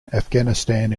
afghanistan